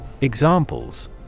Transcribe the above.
Examples